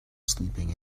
sleeping